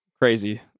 Crazy